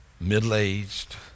middle-aged